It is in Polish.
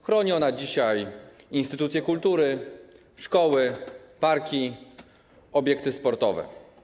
Chroni ona dzisiaj instytucje kultury, szkoły, parki, obiekty sportowe.